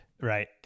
right